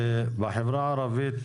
בחברה הערבית